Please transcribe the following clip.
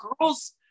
girls